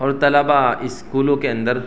اور طلبہ اسکولوں کے اندر